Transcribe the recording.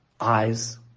eyes